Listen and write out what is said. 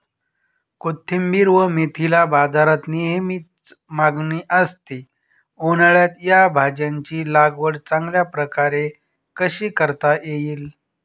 कोथिंबिर व मेथीला बाजारात नेहमी मागणी असते, उन्हाळ्यात या भाज्यांची लागवड चांगल्या प्रकारे कशी करता येईल?